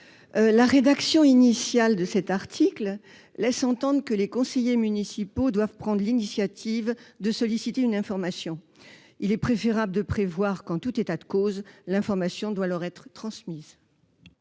La rédaction initiale de cet article laisse entendre que les conseillers municipaux doivent prendre l'initiative de solliciter une information. Il est préférable de prévoir que, en tout état de cause, l'information doit leur être transmise.